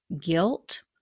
guilt